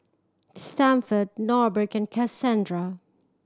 Stafford Norbert and Kasandra